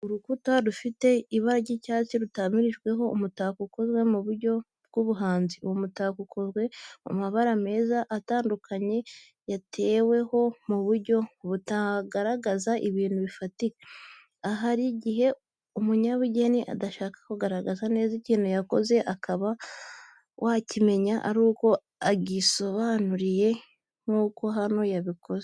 Urukuta rufite ibara ry’icyatsi rutamirijweho umutako ukoze mu buryo bw’ubuhanzi. Uwo mutako ukozwe mu mabara meza atandukanye yateweho mu buryo butagaragaza ibintu bifatika. Hari igihe umunyabugeni adashaka kugaragaza neza ikintu yakoze, ukaba wakimenya aruko akigusobanuriye nk'uko hano yabikoze.